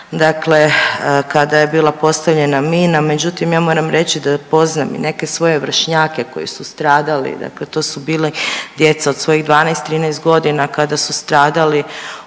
dakle kada je bila postavljena mina. Međutim ja moram reći da poznajem i neke svoje vršnjake koji su stradali, dakle to su bili djeca od svojih 12-13 godina kada su stradali od mina,